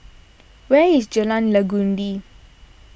where is Jalan Legundi